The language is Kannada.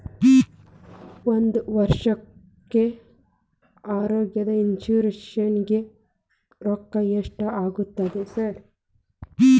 ಸರ್ ಒಂದು ವರ್ಷಕ್ಕೆ ಆರೋಗ್ಯ ಇನ್ಶೂರೆನ್ಸ್ ಗೇ ರೊಕ್ಕಾ ಎಷ್ಟಾಗುತ್ತೆ ಸರ್?